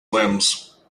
limbs